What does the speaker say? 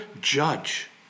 judge